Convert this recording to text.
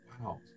Wow